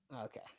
Okay